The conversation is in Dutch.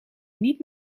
niet